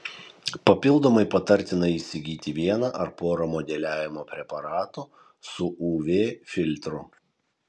papildomai patartina įsigyti vieną ar porą modeliavimo preparatų su uv filtru